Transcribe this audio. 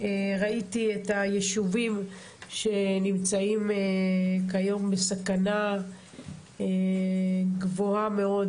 ראיתי את היישובים שנמצאים כיום בסכנה גבוהה מאוד